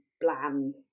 bland